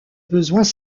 besoins